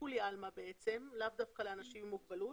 לכולי עלמא ולאו דווקא לאנשים עם מוגבלות.